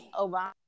Obama